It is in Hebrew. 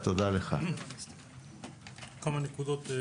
כמה נקודות.